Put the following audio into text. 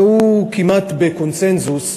והוא כמעט בקונסנזוס,